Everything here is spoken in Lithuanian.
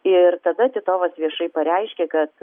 ir tada titovas viešai pareiškė kad